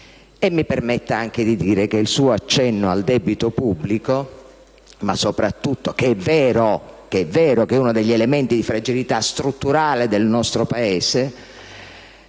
e mi permetta anche di dire che il suo accenno al debito pubblico, che è vero che è uno degli elementi di fragilità strutturale del nostro Paese,